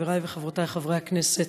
חברי וחברותי חברי הכנסת,